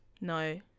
No